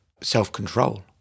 self-control